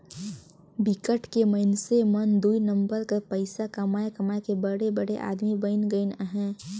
बिकट के मइनसे मन दुई नंबर कर पइसा कमाए कमाए के बड़े बड़े आदमी बइन गइन अहें